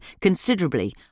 considerably